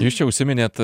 jūs čia užsiminėt